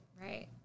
Right